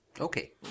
Okay